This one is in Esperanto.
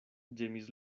ĝemis